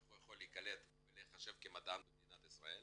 איך הוא יכול להיקלט ולהחשב כמדען במדינת ישראל